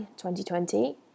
2020